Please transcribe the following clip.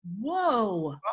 Whoa